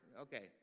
Okay